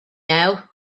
now